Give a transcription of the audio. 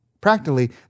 practically